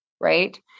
right